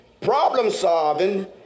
problem-solving